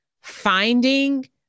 finding